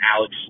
Alex